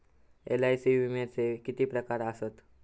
LIC विम्याचे किती प्रकार आसत?